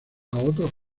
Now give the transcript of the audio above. otros